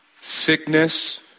sickness